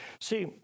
See